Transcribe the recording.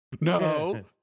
No